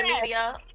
media